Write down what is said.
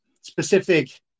specific